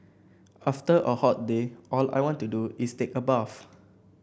after a hot day all I want to do is take a bath